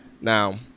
Now